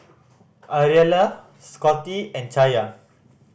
Ariella Scottie and Chaya